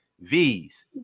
V's